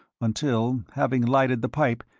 until, having lighted the pipe,